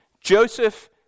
Joseph